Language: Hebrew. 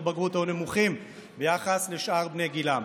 בגרות היו נמוכים ביחס לשאר בני גילם.